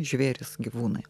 žvėrys gyvūnai